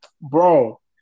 bro